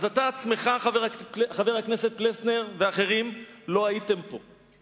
אתה עצמך, חבר הכנסת פלסנר, ואחרים, לא הייתם פה.